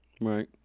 right